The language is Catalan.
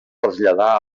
traslladà